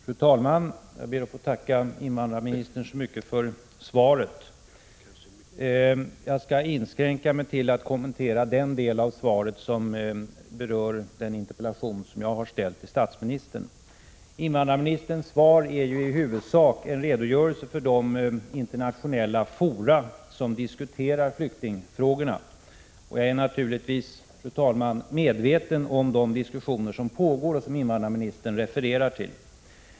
Fru talman! Jag ber att få tacka invandrarministern så mycket för svaret. Jag skall inskränka mig till att kommentera den del av svaret som berör den interpellation som jag har ställt till statsministern. Invandrarministerns svar är ju i huvudsak en redogörelse för de internationella fora som diskuterar flyktingfrågorna, och jag är naturligtvis medveten om de diskussioner som pågår och som invandrarministern refererar till.